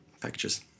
packages